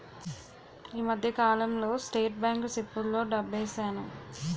ఈ మధ్యకాలంలో state bank సిప్పుల్లో డబ్బేశాను